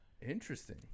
Interesting